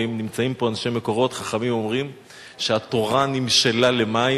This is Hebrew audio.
ואם נמצאים פה אנשי "מקורות" חכמים אומרים שהתורה נמשלה למים,